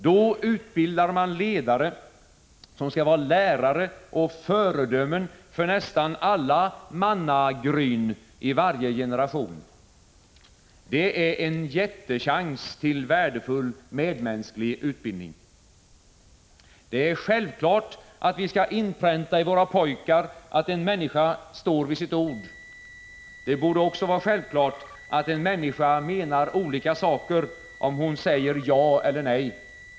Då utbildar man ledare som skall vara lärare och föredömen för nästan alla ”manna-gryn” i varje generation. Det är en jättechans till värdefull medmänsklig utbildning. Det är självklart att vi skall inpränta i våra pojkar att en människa står vid sitt ord. Det borde också vara självklart att en människa menar olika saker, om hon säger ja eller nej.